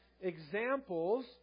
examples